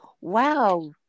wow